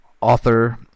author